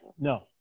No